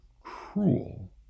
cruel